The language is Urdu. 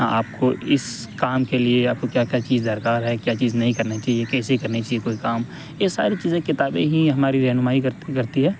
آپ کو اس کام کے لیے آپ کو کیا کیا چیز درکار ہے کیا چیز نہیں کرنا چاہیے کیسے کرنا چاہیے کوئی کام یہ ساری چیزیں کتابیں ہی ہماری رہنمائی کرتی ہے